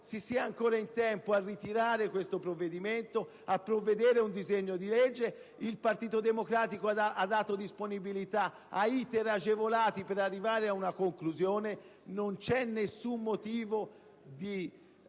si sia ancora in tempo a ritirare il provvedimento e a provvedere con un disegno di legge. Il Partito Democratico ha dato la propria disponibilità a seguire *iter* agevolati per arrivare ad una conclusione. Non vi è alcun motivo di